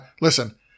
Listen